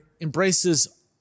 embraces